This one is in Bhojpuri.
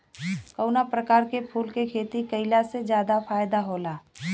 कवना प्रकार के फूल के खेती कइला से ज्यादा फायदा होला?